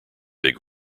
big